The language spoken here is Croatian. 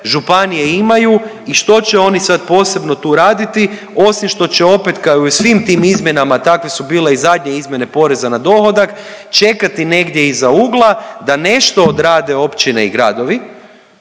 županije imaju i što će oni sad posebno tu raditi osim što će opet kao i u svim tim izmjenama takve su bile i zadnje izmjene poreza na dohodak, čekati negdje iza ugla da nešto odrade općine i gradovi,